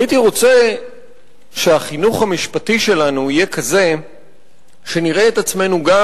הייתי רוצה שהחינוך המשפטי שלנו יהיה כזה שנראה את עצמנו גם,